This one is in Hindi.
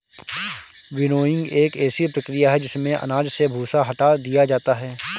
विनोइंग एक ऐसी प्रक्रिया है जिसमें अनाज से भूसा हटा दिया जाता है